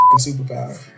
superpower